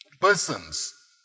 persons